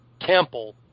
temple